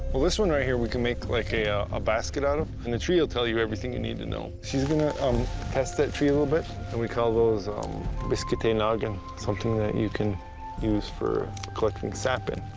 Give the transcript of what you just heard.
well this one right here we can make like a ah a basket out of and the tree will tell you everything you need to know. she's gonna um test that tree a little bit and we call those um biskitenaagan, something you can use for collecting sap in.